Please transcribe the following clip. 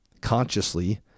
consciously